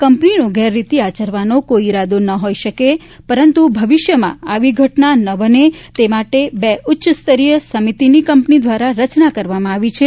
કંપનીનો ગેરરીતી આચરવાનો કોઇ ઇરાદો ન હોઇ શકે પરંતુ ભવિષ્યમાં આવી ઘટના ન બને તે માટે બે ઉચ્ચસ્તરીય સમિતિની રચના કરવામાં આવી છે